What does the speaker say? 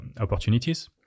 opportunities